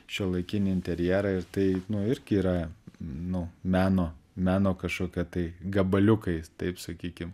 šiuolaikinį interjerą ir tai irgi yra nu meno meno kažkokio tai gabaliukais taip sakykim